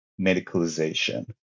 medicalization